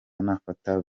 nafata